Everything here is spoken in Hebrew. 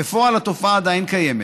בפועל התופעה עדיין קיימת.